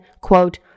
quote